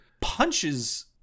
punches